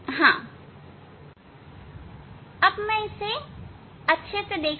हां अब मैं इसे अच्छी तरह देख सकता हूं